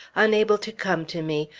unable to come to me,